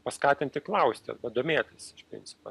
paskatinti klausti domėtis iš principo